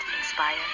inspire